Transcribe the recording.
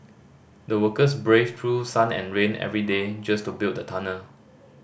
the workers braved through sun and rain every day just to build the tunnel